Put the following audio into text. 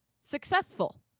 Successful